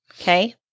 Okay